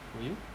were you